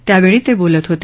त्यावेळी ते बोलत होते